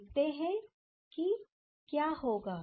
देखते हैं कि क्या होगा